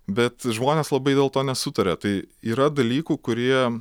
bet žmonės labai dėl to nesutaria tai yra dalykų kurie